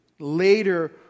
Later